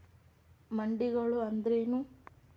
ಮಂಡಿಗಳು ಅಂದ್ರೇನು?